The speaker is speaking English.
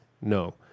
No